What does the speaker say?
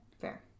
Fair